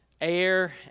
air